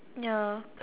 ya